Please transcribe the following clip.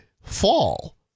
fall